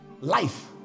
life